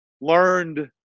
learned